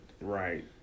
Right